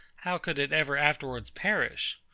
how could it ever afterwards perish?